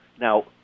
Now